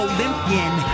Olympian